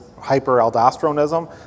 hyperaldosteronism